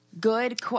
good